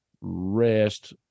rest